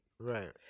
Right